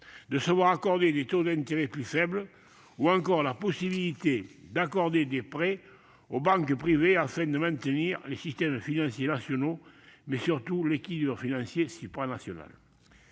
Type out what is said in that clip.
de se voir accorder des taux d'intérêt plus faibles, ou encore à la possibilité d'accorder des prêts aux banques privées, afin de maintenir, non seulement les systèmes financiers nationaux, mais surtout l'équilibre financier supranational.